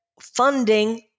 funding